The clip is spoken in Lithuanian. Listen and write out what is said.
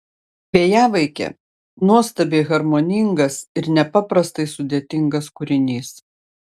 vėjavaikė nuostabiai harmoningas ir nepaprastai sudėtingas kūrinys